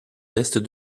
l’est